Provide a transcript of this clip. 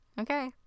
Okay